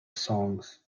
songs